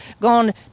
gone